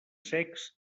secs